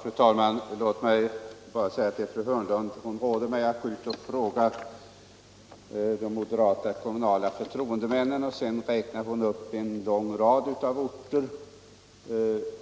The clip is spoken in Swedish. Fru talman! Fru Hörnlund råder mig att gå ut och fråga de moderata kommunala förtroendemännen och sedan räknar hon upp en lång rad av orter.